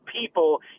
people